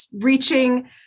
reaching